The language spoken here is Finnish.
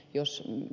jos ed